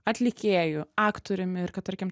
atlikėju aktoriumi ir kad tarkim